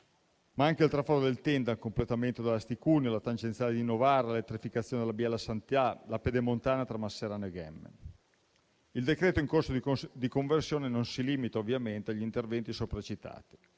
ma anche il traforo del Tenda, il completamento della Asti-Cuneo, la tangenziale di Novara, l'elettrificazione della Biella-Santhià, la pedemontana tra Masserano e Ghemme. Il decreto-legge in fase di conversione non si limita ovviamente agli interventi sopracitati.